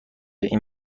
این